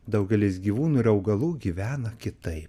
daugelis gyvūnų ir augalų gyvena kitaip